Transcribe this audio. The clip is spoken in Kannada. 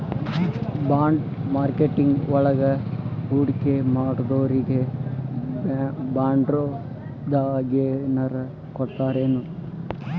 ಬಾಂಡ್ ಮಾರ್ಕೆಟಿಂಗ್ ವಳಗ ಹೂಡ್ಕಿಮಾಡ್ದೊರಿಗೆ ಬಾಂಡ್ರೂಪ್ದಾಗೆನರ ಕೊಡ್ತರೆನು?